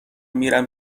میرم